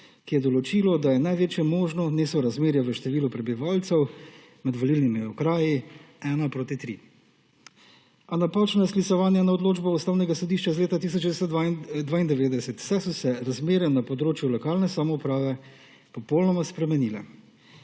ki je določilo, da je največje možno nesorazmerje v številu prebivalcev med volilnimi okraji 1:3. A napačno je sklicevanje na odločbo Ustavnega sodišča iz leta 1992, saj so se razmere na področju lokalne samouprave popolnoma spremenile.